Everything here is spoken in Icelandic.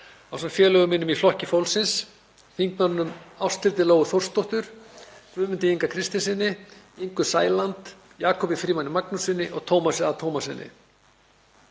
ásamt félögum mínum í Flokki fólksins, hv. þingmönnum Ásthildi Lóu Þórsdóttur, Guðmundi Inga Kristinssyni, Ingu Sæland, Jakobi Frímanni Magnússyni og Tómasi A. Tómassyni.